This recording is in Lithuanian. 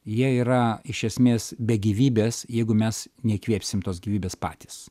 jie yra iš esmės be gyvybės jeigu mes neįkvėpsim tos gyvybės patys